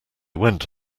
went